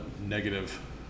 negative